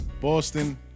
Boston